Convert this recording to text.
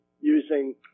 using